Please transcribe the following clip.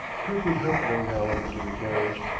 kirkwood helped young hallam into the carriage,